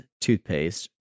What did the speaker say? toothpaste